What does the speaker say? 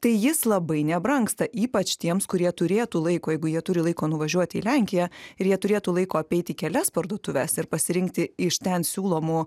tai jis labai nebrangsta ypač tiems kurie turėtų laiko jeigu jie turi laiko nuvažiuot į lenkiją ir jie turėtų laiko apeiti kelias parduotuves ir pasirinkti iš ten siūlomų